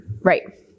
right